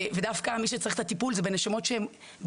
ודווקא מי שצריך את הטיפול זה נשמות פגועות.